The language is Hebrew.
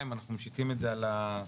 אז אנחנו משיתים את זה על המעסיקים.